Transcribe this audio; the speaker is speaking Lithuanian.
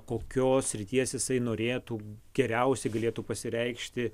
kokios srities jisai norėtų geriausiai galėtų pasireikšti